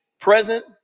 present